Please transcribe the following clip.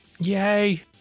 yay